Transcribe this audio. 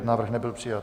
Návrh nebyl přijat.